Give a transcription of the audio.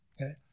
okay